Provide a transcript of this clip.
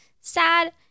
sad